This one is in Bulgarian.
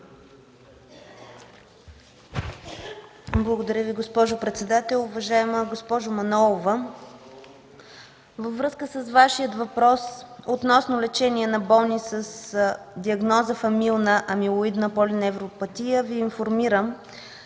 Благодаря Ви, госпожо председател. Уважаема госпожо Манолова, във връзка с Вашия въпрос относно лечение на болни с диагноза фамилна амилоидна полиневропатия Ви информирам,